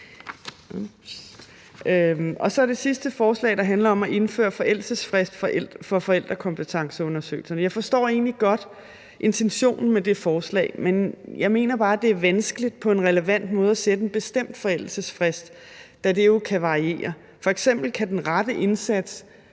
det sidste forslag, der handler om at indføre forældelsesfrist for forældrekompetenceundersøgelserne. Jeg forstår egentlig godt intentionen med det forslag, men jeg mener bare, at det er vanskeligt på en relevant måde at sætte en bestemt forældelsesfrist, da det jo kan variere. F.eks. kan den rette indsats